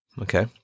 Okay